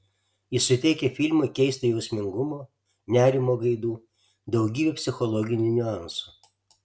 ji suteikia filmui keisto jausmingumo nerimo gaidų daugybę psichologinių niuansų